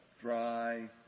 dry